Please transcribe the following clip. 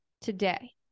today